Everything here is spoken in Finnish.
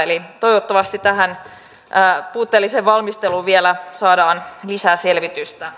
eli toivottavasti tähän puutteelliseen valmisteluun vielä saadaan lisää selvitystä